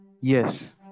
yes